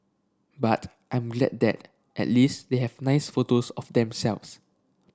but I'm glad that at least they have nice photos of themselves